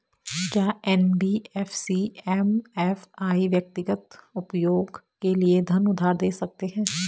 क्या NBFC MFI व्यक्तिगत उपयोग के लिए धन उधार दें सकते हैं?